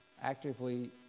actively